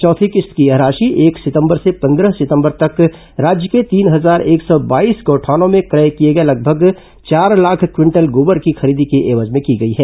चौथी किश्त की यह राशि एक सितंबर से पंद्रह सितंबर तक राज्य के तीन हजार एक सौ बाईस गौठानों में क्रय किए गए लगभग चार लाख क्विंटल गोबर की खरीदी के एवज में की गई है